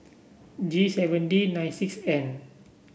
G seven D nine six N